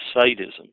sadism